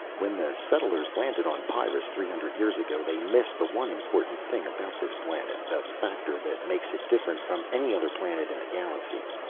when the settlers landed on pyrrus three hundred years ago they missed the one important thing about this planet, the factor that makes it different from any other planet in the galaxy.